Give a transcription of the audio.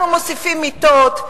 אנחנו מוסיפים מיטות.